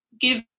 give